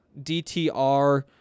DTR